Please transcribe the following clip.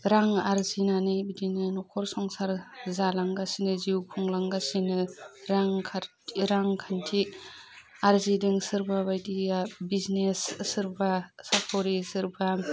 रां आरजिनानै बिदिनो नखर संसार जालांगासिनो जिउ खुंलांगासिनो रां रां खान्थि आरजिदों सोरबाबायदिया बिजिनेस सोरबा बायदिया साख'रि सोरबा